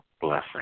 Blessing